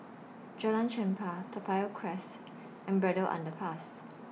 Jalan Chempah Toa Payoh Crest and Braddell Underpass